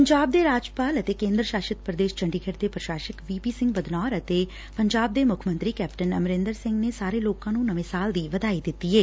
ਪੰਜਾਬ ਦੇ ਰਾਜਪਾਲ ਅਤੇ ਕੇਦਰ ਸ਼ਾਸਤ ਪ੍ਰਦੇਸ਼ ਚੰਡੀਗੜੁ ਦੇ ਪ੍ਰਸ਼ਾਸਕ ਵੀ ਪੀ ਸਿੰਘ ਬਦਨੌਰ ਅਤੇ ਮੁੱਖ ਮੰਤਰੀ ਕੈਪਟਨ ਅਮਰਿੰਦਰ ਸਿੰਘ ਨੇ ਸਾਰੇ ਲੋਕਾਂ ਨੁੰ ਨਵੇਂ ਸਾਲ ਦੀ ਵਧਾਈ ਦਿੱਤੀ ਏ